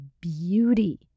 beauty